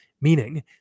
meaning